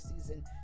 season